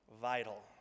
vital